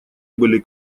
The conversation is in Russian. были